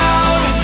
out